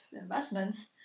investments